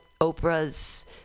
Oprah's